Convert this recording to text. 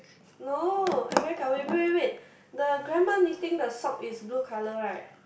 no I very gao wei wait wait wait the grandma knitting the sock is blue colour right